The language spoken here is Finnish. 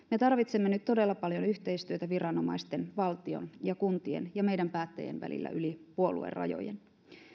me tarvitsemme nyt todella paljon yhteistyötä viranomaisten valtion ja kuntien ja meidän päättäjien välillä yli puoluerajojen